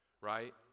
right